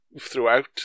throughout